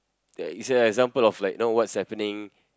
there it's an example of like know what's happening